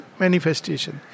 manifestation